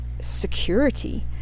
security